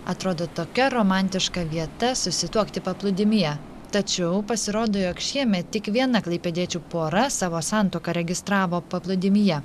atrodo tokia romantiška vieta susituokti paplūdimyje tačiau pasirodo jog šiemet tik viena klaipėdiečių pora savo santuoką registravo paplūdimyje